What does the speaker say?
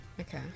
okay